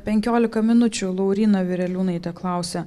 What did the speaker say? penkiolika minučių lauryna vireliūnaitė klausia